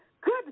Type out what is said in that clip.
Good